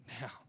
now